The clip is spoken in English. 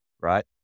right